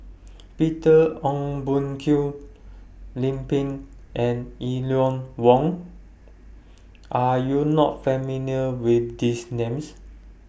Peter Ong Boon Kwee Lim Pin and Eleanor Wong Are YOU not familiar with These Names